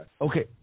okay